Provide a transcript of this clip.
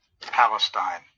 Palestine